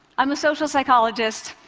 i'm a social psychologist.